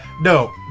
No